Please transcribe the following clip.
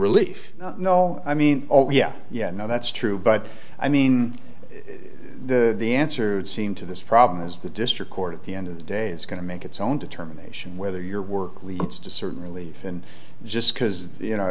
relief no i mean oh yeah yeah i know that's true but i mean the answer it seem to this problem is the district court at the end of the day is going to make its own determination whether your work leads to certain relief and just because you know